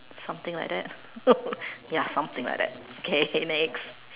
something like that ya something like that okay next